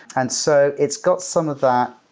and so it's got some of that,